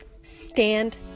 stand